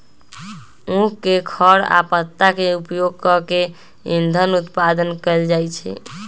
उख के खर आ पत्ता के उपयोग कऽ के इन्धन उत्पादन कएल जाइ छै